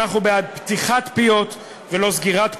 אנחנו בעד פתיחת פיות ולא סגירת פיות.